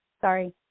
Sorry